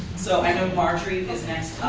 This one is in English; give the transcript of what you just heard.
so i know marjory is next